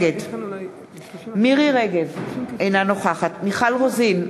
נגד מירי רגב, אינה נוכחת מיכל רוזין,